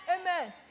Amen